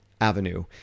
avenue